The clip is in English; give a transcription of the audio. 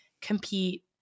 compete